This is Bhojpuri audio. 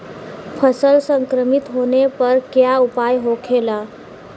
फसल संक्रमित होने पर क्या उपाय होखेला?